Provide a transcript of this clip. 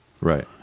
right